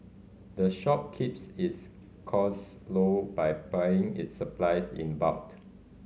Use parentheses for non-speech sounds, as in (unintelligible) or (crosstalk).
the shop keeps its costs low by buying its supplies in (unintelligible)